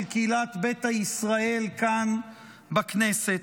של קהילת ביתא ישראל כאן בכנסת: